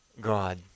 God